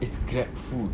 it's GrabFood